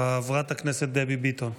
חברת הכנסת דבי ביטון.